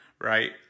right